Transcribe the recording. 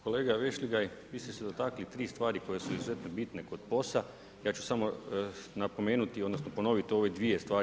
Kolega Vešligaj vi ste se dotakli 3 stvari koje su izuzetno bitne kod POS-a, ja ću samo napomenuti, odnosno ponovit ove dvije stvari.